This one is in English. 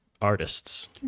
artists